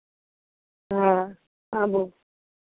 हँ आबू